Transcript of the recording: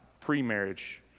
pre-marriage